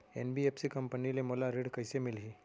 NBFC company ले मोला ऋण कइसे मिलही?